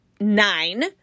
Nine